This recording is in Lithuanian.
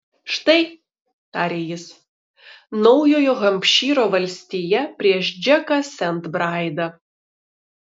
štai tarė jis naujojo hampšyro valstija prieš džeką sent braidą